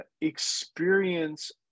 experience